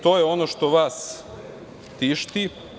To je ono što vas tišti.